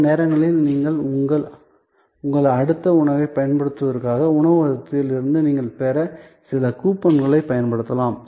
சில நேரங்களில் நீங்கள் உங்கள் அடுத்த உணவைப் பயன்படுத்துவதற்காக உணவகத்தில் இருந்து நீங்கள் பெற்ற சில கூப்பன்களைப் பயன்படுத்தலாம்